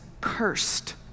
cursed